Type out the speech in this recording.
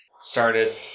started